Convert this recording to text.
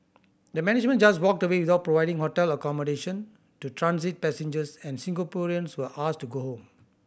the management just walked away without providing hotel accommodation to transit passengers and Singaporeans were asked to go home